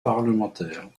parlementaires